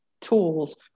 tools